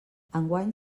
enguany